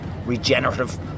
regenerative